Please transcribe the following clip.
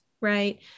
right